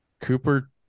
Cooper